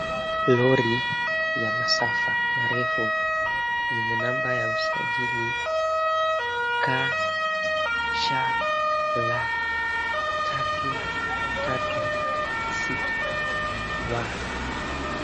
Lori ya masafa marefu yenye namba ya usajili KCL 336W .